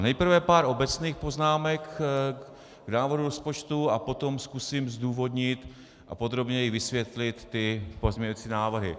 Nejprve pár obecných poznámek k návrhu rozpočtu a potom zkusím zdůvodnit a podrobněji vysvětlit pozměňovací návrhy.